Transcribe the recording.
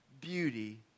beauty